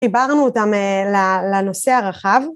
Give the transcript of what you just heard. חיברנו אותם לנושא הרחב